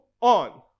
on